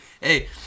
hey